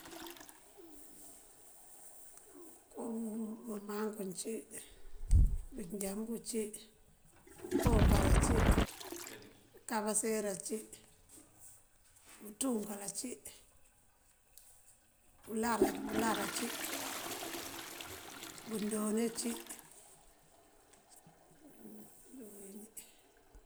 mënko bëmankúm cí, bënjabú cí, bëkoonkar ací, bëkabaseerá ací, mënţúunkal ací, uláara, bëláara ací, bëndoone cí dí uwínjí.